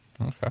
okay